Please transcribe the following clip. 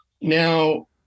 Now